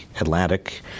Atlantic